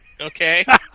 Okay